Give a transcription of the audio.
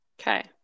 Okay